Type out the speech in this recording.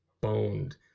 boned